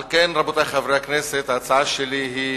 על כן, רבותי חברי הכנסת, ההצעה שלי היא